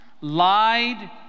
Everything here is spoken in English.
lied